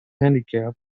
handicap